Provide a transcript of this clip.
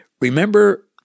Remember